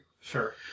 Sure